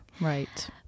Right